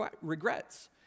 regrets